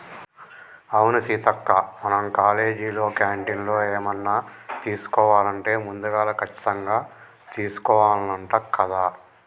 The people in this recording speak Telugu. అవును సీతక్క మనం కాలేజీలో క్యాంటీన్లో ఏమన్నా తీసుకోవాలంటే ముందుగాల కచ్చితంగా తీసుకోవాల్నంట కదా